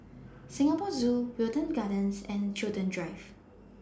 Singapore Zoo Wilton Gardens and Chiltern Drive